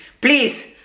please